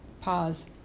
Pause